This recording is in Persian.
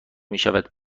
میشود